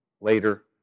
Later